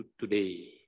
today